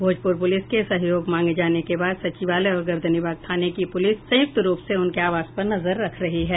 Bhojpur police के सहयोग मांगे जाने के बाद सचिवालय और गर्दनीबाग थाने की पुलिस संयुक्त रूप से उनके आवास पर नजर रख रही है